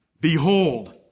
Behold